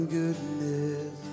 goodness